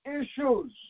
issues